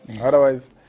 Otherwise